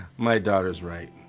my daughter's right.